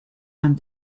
and